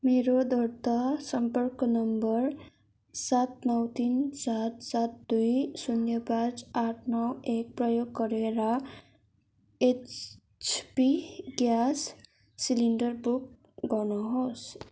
मेरो दर्ता सम्पर्क नम्बर सात नौ तिन सात सात दुई शून्य पाँच आठ नौ एक प्रयोग गरेर एचपी ग्यास सिलिन्डर बुक गर्नुहोस्